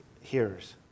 hearers